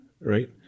right